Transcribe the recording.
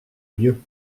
mieux